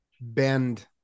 bend